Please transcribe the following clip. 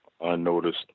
unnoticed